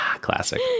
classic